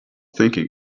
thinking